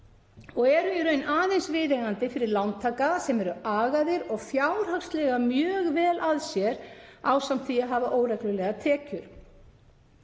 og eru í raun aðeins viðeigandi fyrir lántaka sem eru agaðir og fjárhagslega mjög vel að sér ásamt því að hafa óreglulegar tekjur.